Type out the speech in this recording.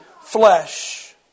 flesh